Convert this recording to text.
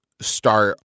start